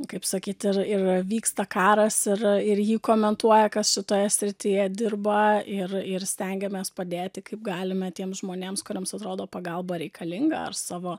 nu kaip sakyti ir ir vyksta karas ir ir jį komentuoja kas šitoje srityje dirba ir ir stengiamės padėti kaip galime tiems žmonėms kuriems atrodo pagalba reikalinga ar savo